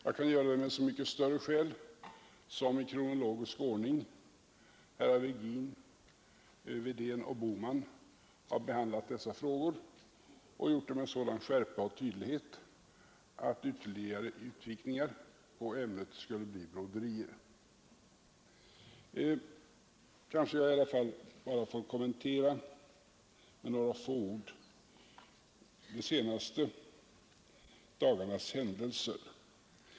Jag kan göra det med så mycket större skäl som — i kronologisk ordning — herrar Virgin, Wedén och Bohman har behandlat dessa frågor och gjort det med sådan skärpa och tydlighet att ytterligare utvikningar på ämnet skulle bli broderier. Kanske jag i alla fall med några ord får kommentera de senaste dagarnas händelser.